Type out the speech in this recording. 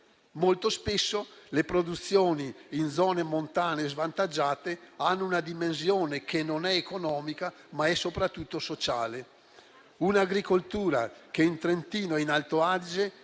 Molto spesso le produzioni in zone montane svantaggiate hanno una dimensione che non è economica, ma è soprattutto sociale, un'agricoltura che in Trentino e in Alto Adige